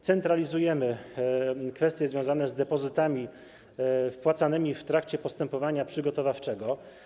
Centralizujemy kwestie związane z depozytami wpłacanymi w trakcie postępowania przygotowawczego.